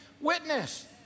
witness